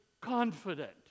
confident